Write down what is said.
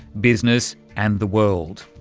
business and the world.